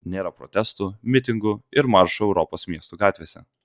nėra protestų mitingų ir maršų europos miestų gatvėse